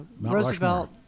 Roosevelt